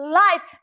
life